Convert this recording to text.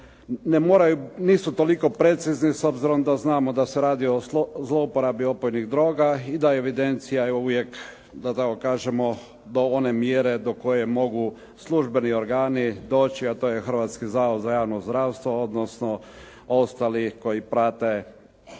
nisu toliko precizni s obzirom da znamo da se radi o zlouporabi opojnih droga i da je evidencija uvijek da tako kažemo do one mjere do koje mogu služeni organi doći, a to je Hrvatski zavod za javno zdravstvo, odnosno ostali koji prate